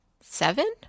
Seven